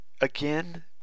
Again